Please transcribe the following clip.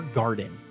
garden